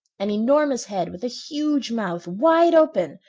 an enormous head with a huge mouth, wide open,